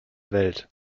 welt